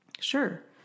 Sure